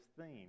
theme